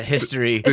History